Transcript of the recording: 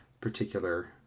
particular